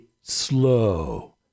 slow